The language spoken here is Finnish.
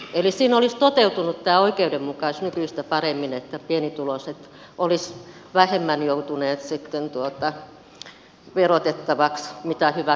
eli siinä olisi toteutunut tämä oikeudenmukaisuus nykyistä paremmin että pienituloiset olisivat vähemmän joutuneet sitten verotettaviksi kuin hyvätuloiset